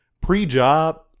Pre-job